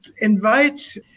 invite